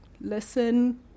Listen